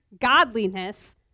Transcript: godliness